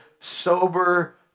sober